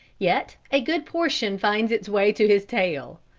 yet, a good portion finds its way to his tail.